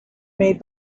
made